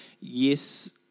yes